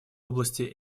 области